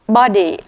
body